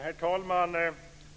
Herr talman!